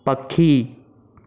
पखी